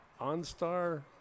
OnStar